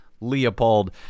Leopold